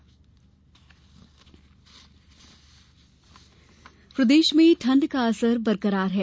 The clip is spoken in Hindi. मौसम प्रदेश में ठंड का असर बरकरार है